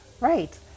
Right